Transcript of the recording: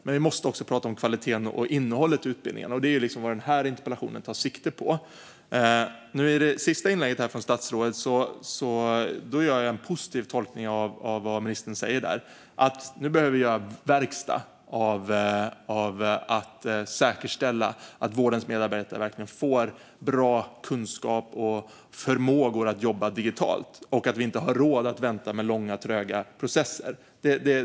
Men vi måste också tala om kvaliteten på och innehållet i utbildningen, och det är vad den här interpellationen tar sikte på. Jag gör en positiv tolkning av vad ministern säger i sitt senaste inlägg. Nu behöver vi göra verkstad av att säkerställa att vårdens medarbetare verkligen får bra kunskap och förmågor att jobba digitalt. Vi har inte råd att vänta på långa, tröga processer.